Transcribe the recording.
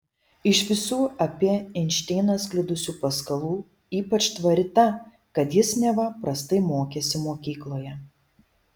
iš visų apie einšteiną sklidusių paskalų ypač tvari ta kad jis neva prastai mokėsi mokykloje